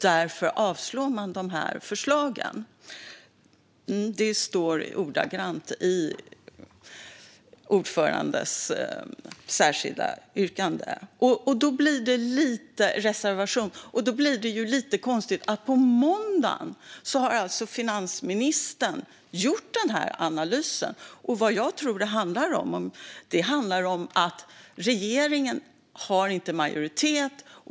Därför skulle man avslå förslagen. Så står det i ordförandens reservation. Därför blev det lite konstigt när finansministern hade gjort en sådan analys till måndagen. Jag tror att det handlar om att regeringen inte har majoritet.